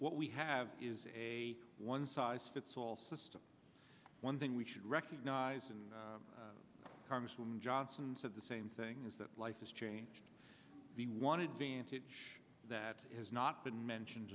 what we have is a one size fits all system one thing we should recognize and congresswoman johnson said the same thing is that life has changed the wanted vantage that has not been mentioned